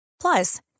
Plus